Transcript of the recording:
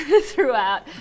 throughout